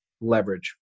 leverage